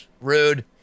rude